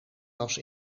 was